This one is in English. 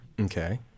Okay